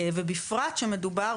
בפרט שמדובר,